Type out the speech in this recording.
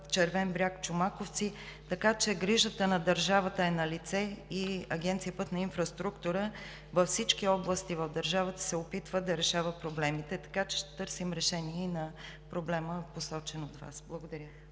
Червен бряг – Чомаковци. Така че грижата на държавата е налице и Агенция „Пътна инфраструктура“ във всички области в държавата се опитва да решава проблемите. Ще търсим решение и на проблема, посочен от Вас. Благодаря.